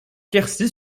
quercy